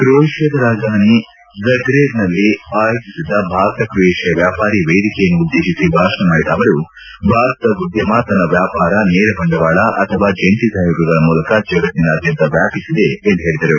ಕ್ರೊಯೇಷಿಯಾದ ರಾಜಧಾನಿ ಝಗ್ರೆಬ್ನಲ್ಲಿಂದು ಆಯೋಜಿಸಿದ್ದ ಭಾರತ ಕ್ರೊಯೇಷಿಯಾ ವ್ಯಾಪಾರಿ ವೇದಿಕೆಯನ್ನುದ್ದುಶೇಸಿ ಭಾಷಣ ಮಾಡಿದ ಅವರು ಭಾರತದ ಉದ್ಕಮ ತನ್ನ ವ್ಯಾಪಾರ ನೇರ ಬಂಡವಾಳ ಅಥವಾ ಜಂಟಿ ಸಹಯೋಗಗಳ ಮೂಲಕ ಜಗತ್ತಿನಾದ್ಯಂತ ವ್ಯಾಪಿಸಿದೆ ಎಂದು ಹೇಳಿದರು